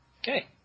Okay